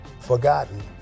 forgotten